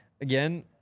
Again